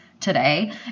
today